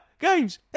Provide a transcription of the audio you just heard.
Games